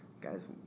guys